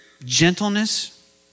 gentleness